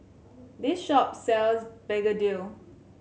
this shop sells begedil